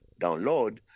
download